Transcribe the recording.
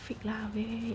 freak lah wait wait wait